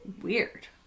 Weird